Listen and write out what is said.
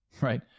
right